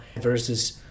versus